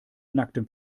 nacktem